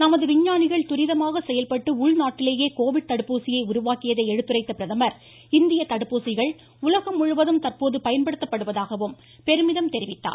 நமது விஞ்ஞானிகள் துரிதமாக செயல்பட்டு உள்நாட்டிலேயே கோவிட் தடுப்பூசியை உருவாக்கியதை எடுத்துரைத்த அவர் இந்திய தடுப்பூசிகள் உலகம் முழுவதும் தற்போது பயன்படுத்தபடுவதாகவும் பெருமிதம் தெரிவித்தார்